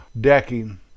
decking